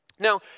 Now